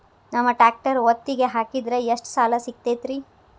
ನಮ್ಮ ಟ್ರ್ಯಾಕ್ಟರ್ ಒತ್ತಿಗೆ ಹಾಕಿದ್ರ ಎಷ್ಟ ಸಾಲ ಸಿಗತೈತ್ರಿ?